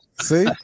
See